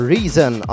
Reason